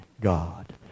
God